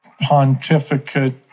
pontificate